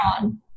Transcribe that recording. on